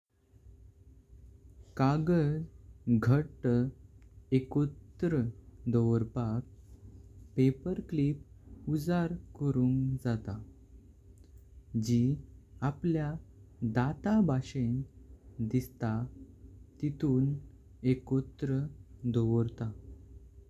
कागज़ घट एकत्तर दवोरपाक पेपरक्लिप उजड करूं जता। जी आपल्या डेटा भाषें दिसता तितून एकोत्रा दवोरता।